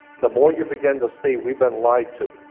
the more you begin to see we've been lied to.